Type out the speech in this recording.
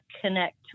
connect